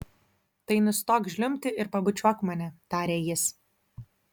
tai nustok žliumbti ir pabučiuok mane tarė jis